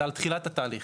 אלא על תחילת התהליך.